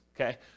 Okay